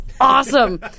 awesome